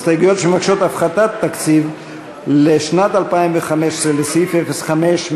הסתייגויות שמבקשות הפחתת תקציב לשנת 2015 בסעיף 05,